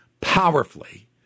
powerfully